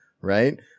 right